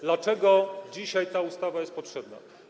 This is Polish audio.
Dlaczego dzisiaj ta ustawa jest potrzebna?